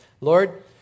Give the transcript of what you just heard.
Lord